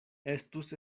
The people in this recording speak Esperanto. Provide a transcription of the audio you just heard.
estus